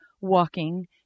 walking